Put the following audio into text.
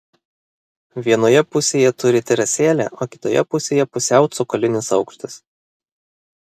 vienoje pusėje turi terasėlę o kitoje pusėje pusiau cokolinis aukštas